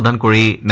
degree